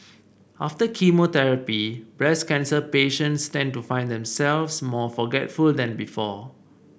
after chemotherapy breast cancer patients tend to find themselves more forgetful than before